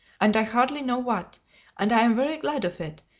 and i hardly know what and i am very glad of it,